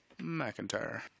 McIntyre